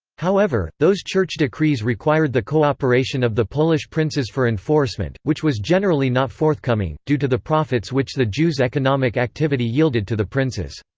however, those church decrees required the cooperation of the polish princes for enforcement, which was generally not forthcoming, due to the profits which the jews' economic activity yielded to the princes.